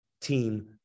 team